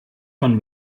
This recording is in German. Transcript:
von